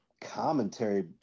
commentary